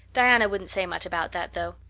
diana wouldn't say much about that, though.